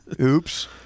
oops